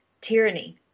tyranny